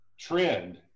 trend